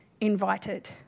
invited